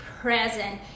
present